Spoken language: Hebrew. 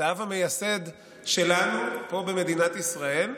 את האב המייסד שלנו פה במדינת ישראל,